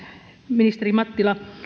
ministeri mattila